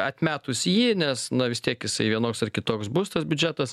atmetus jį nes na vis tiek jisai vienoks ar kitoks bus tas biudžetas